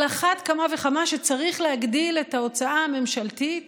על אחת כמה וכמה שצריך להגדיל את ההוצאה הממשלתית